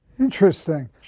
Interesting